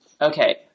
okay